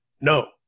no